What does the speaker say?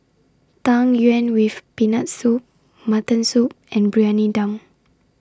Tang Yuen with Peanut Soup Mutton Soup and Briyani Dum